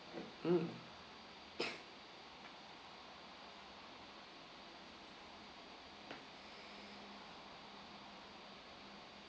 mm